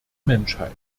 menschheit